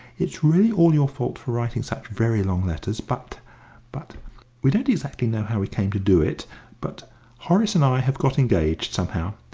it's really all your fault for writing such very long letters, but but we don't exactly know how we came to do it but horace and i have got engaged somehow.